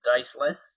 diceless